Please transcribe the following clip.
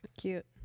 Cute